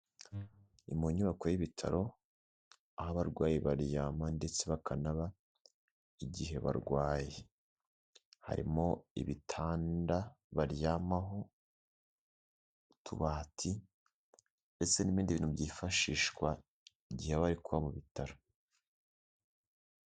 Ni mu nyubako y'ibitaro, aho abarwayi baryama ndetse bakanaba igihe barwaye, harimo ibitanda baryamaho, utubati ndetse n'ibindi bintu byifashishwa igihe baba bari kuba mu bitaro.